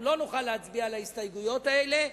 לא נוכל להצביע על ההסתייגויות האלה,